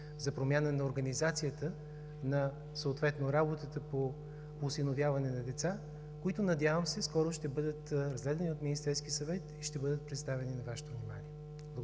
за промяна на организацията на съответно работата по осиновяване на деца, които, надявам се, скоро ще бъдат разгледани от Министерски съвет и ще бъдат представени на Вашето внимание.